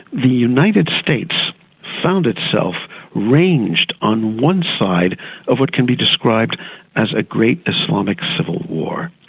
the united states found itself ranged on one side of what can be described as a great islamic civil war.